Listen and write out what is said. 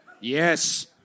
Yes